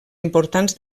importants